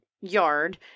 yard